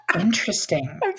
Interesting